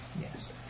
Yes